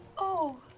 oh!